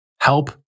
help